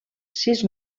sis